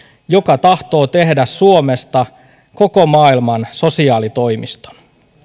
joka tahtoo tehdä suomesta koko maailman sosiaalitoimiston